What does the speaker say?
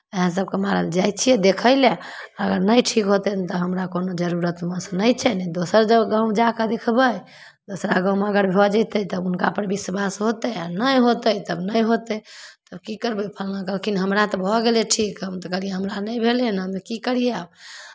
इएह सभके मारल जाइ छियै देखय लए अगर नहि ठीक होयतनि तऽ हमरा कोनो जरूरत महस नहि छै नहि दोसर गाँव गाँव जा कर देखबै दोसरा गाँवमे अगर भऽ जयतै तऽ हुनकापर विश्वास होतै आ नहि होतै तब नहि होतै तऽ की करबै फल्लाँ कहलखिन हमरा तऽ भऽ गेलै ठीक हम तऽ कहलियै हमरा नहि भेलै हमे की करियै